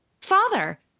Father